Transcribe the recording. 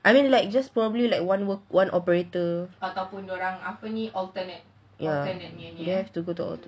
I mean like most probably like one work one operator ya then have to go to work